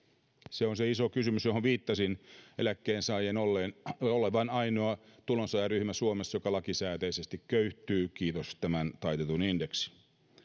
se on se iso kysymys johon viittasin kun totesin eläkkeensaajien olevan ainoa tulonsaajaryhmä suomessa joka lakisääteisesti köyhtyy kiitos taitetun indeksin